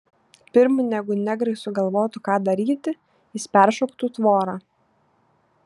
pirm negu negrai sugalvotų ką daryti jis peršoktų tvorą